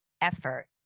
effort